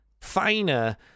finer